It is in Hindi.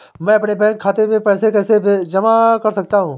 मैं अपने बैंक खाते में पैसे कैसे जमा कर सकता हूँ?